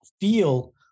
feel